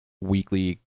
weekly